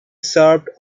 served